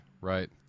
right